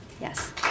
Yes